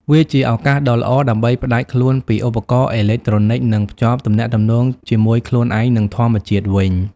វាជាឱកាសដ៏ល្អដើម្បីផ្តាច់ខ្លួនពីឧបករណ៍អេឡិចត្រូនិក និងភ្ជាប់ទំនាក់ទំនងជាមួយខ្លួនឯង និងធម្មជាតិវិញ។